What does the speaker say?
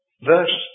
verse